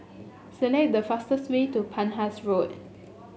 select the fastest way to Penhas Road